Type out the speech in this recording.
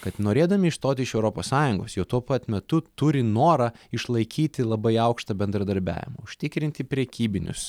kad norėdami išstot iš europos sąjungos jau tuo pat metu turi norą išlaikyti labai aukštą bendradarbiavimą užtikrinti prekybinius